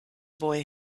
boy